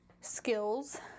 skills